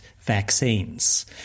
vaccines